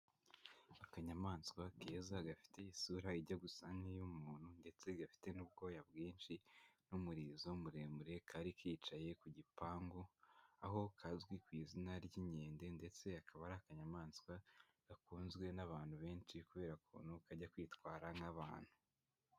Akanyamaswa keza gafite isura ijya gusa nk'iy'umuntu ndetse gafite n'ubwoya bwinshi n'umurizo muremure, kari kicaye ku gipangu, aho kazwi ku izina ry'inkende ndetse akaba ari akanyamaswa gakunzwe n'abantu benshi, kubera ukuntu kajya kwitwara nk'abantu.